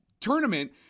tournament